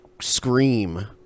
Scream